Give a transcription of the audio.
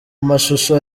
mashusho